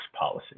policy